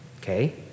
Okay